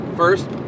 First